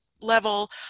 level